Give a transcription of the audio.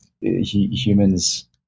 humans